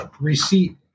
receipt